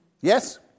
Yes